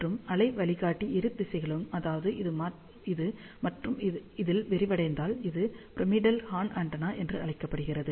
மற்றும் அலை வழிகாட்டி இரு திசைகளிலும் அதாவது இது மற்றும் இதில் விரிவடைந்தால் இது பிரமிடல் ஹார்ன் ஆண்டெனா என்று அழைக்கப்படுகிறது